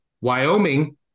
Wyoming